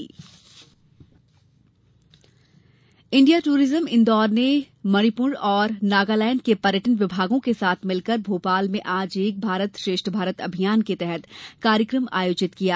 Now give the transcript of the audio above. एक भारत श्रेष्ठ Bharat India tourism Indore ने मणिपूर और नागालैंड के पर्यटन विभागों के साथ मिलकर भोपाल में आज एक भारत श्रेष्ठ भारत अभियान के तहत कार्यक्रम आयोजित किया गया